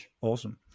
Awesome